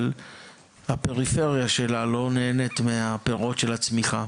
אבל הפריפריה שלה לא נהנית מהפירות של הצמיחה.